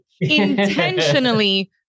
intentionally